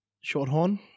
Shorthorn